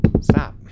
Stop